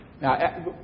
Now